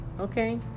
Okay